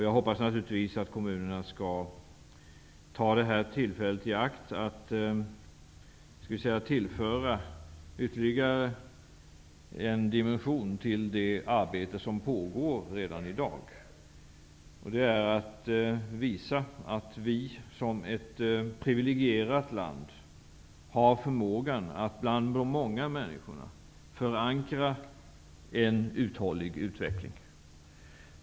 Jag hoppas naturligtvis att kommunerna tar tillfället i akt och tillför ytterligare en dimension när det gäller det arbete som redan i dag pågår. Det gäller att visa att Sverige som ett priviligerat land har förmåga att bland de många människorna förankra en uthållig utveckling.